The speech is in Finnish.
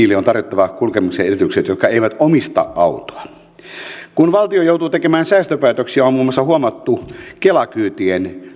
ja niille jotka eivät omista autoa on tarjottava kulkemisen edellytykset kun valtio joutuu tekemään säästöpäätöksiä on huomattu muun muassa kela kyytien